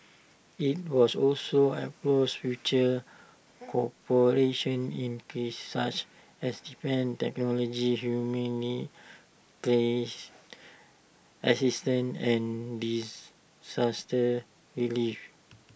IT was also explores future cooperation in such as defence technology humanitarian assistance and disaster relief